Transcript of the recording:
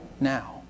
now